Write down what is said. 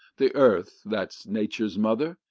the earth, that's nature's mother,